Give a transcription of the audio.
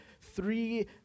three